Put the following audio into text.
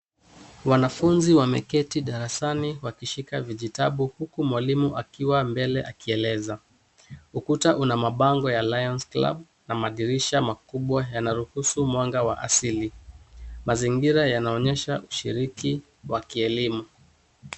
Wanafunzi wameketi darasani wakishika vijitabu huku mwalimu akiwa mbele akieleza. Ukuta una mabango ya Alliance Club na madirisha makubwa yanaruhusu mwanga wa asili mazingira yanaonyesha ushiriki wa kielimu